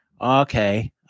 okay